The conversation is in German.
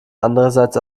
andererseits